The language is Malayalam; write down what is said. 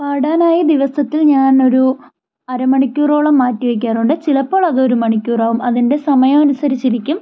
പാടാനായി ദിവസത്തിൽ ഞാൻ ഒരു അരമണിക്കൂറോളം മാറ്റി വെക്കാറുണ്ട് ചിലപ്പോൾ അതൊരു മണിക്കൂറാകും അത് എൻ്റെ സമയം അനുസരിച്ചിരിക്കും